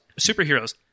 superheroes